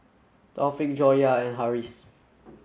Taufik Joyah and Harris